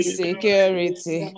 security